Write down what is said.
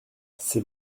ses